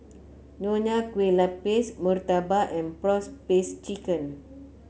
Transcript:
Nonya Kueh Lapis murtabak and prawn paste chicken